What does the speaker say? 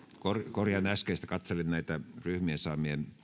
korjaan äskeistä kun katselin näitä ryhmien saamien